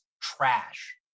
trash